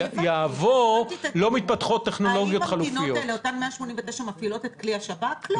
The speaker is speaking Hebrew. אבל האם אותן מדינות מפעילות את כלי השב"כ?